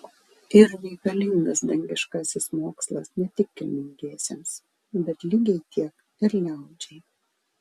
yr reikalingas dangiškasis mokslas ne tik kilmingiesiems bet lygiai tiek ir liaudžiai